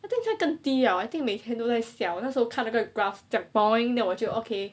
I think 现在更低 liao I think 我每天都在笑那时候我看那个 grass 这样 boring then 我就 okay